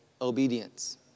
obedience